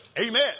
Amen